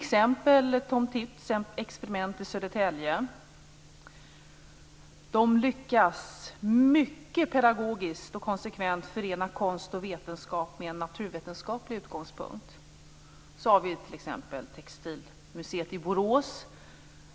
Tom Tits Experiment i Södertälje lyckas t.ex. mycket pedagogiskt och konsekvent förena konst och vetenskap med en naturvetenskaplig utgångspunkt. Ett annat exempel är Textilmuseet i Borås.